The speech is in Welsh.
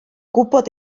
gwybod